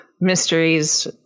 mysteries